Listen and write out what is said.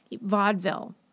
vaudeville